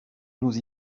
nous